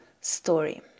story